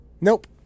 nope